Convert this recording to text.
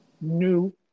new